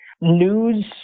news